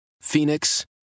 Phoenix